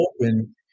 open